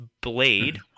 blade